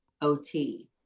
OT